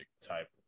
type